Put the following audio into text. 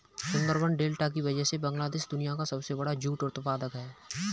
Sundarban delta की वजह से बांग्लादेश दुनिया का सबसे बड़ा जूट उत्पादक है